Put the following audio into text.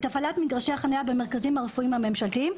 את הפעלת מגרשי החניה במרכזים הרפואיים הממשלתיים.